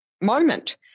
moment